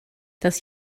das